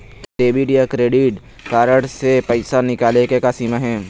Debit या credit card से पैसा निकाले के का सीमा हे?